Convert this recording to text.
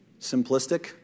simplistic